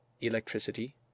electricity